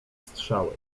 strzały